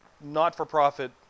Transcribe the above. not-for-profit